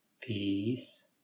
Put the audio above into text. peace